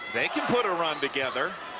they can put a run together.